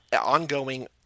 ongoing